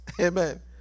Amen